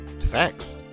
Facts